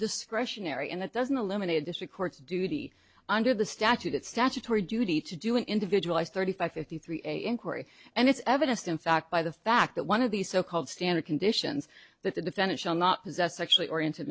discretionary and that doesn't eliminate a district court's duty under the statute it's statutory duty to do an individual as thirty five fifty three a inquiry and it's evidence in fact by the fact that one of these so called standard conditions that the defendant shall not possess actually oriented